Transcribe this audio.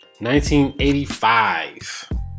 1985